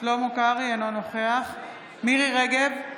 אינו נוכח מירי מרים רגב,